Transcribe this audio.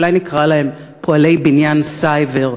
אולי נקרא להם "פועלי בניין סייבר",